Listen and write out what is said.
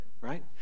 right